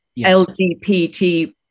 LGBT